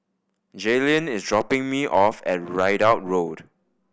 Jaylen is dropping me off at Ridout Road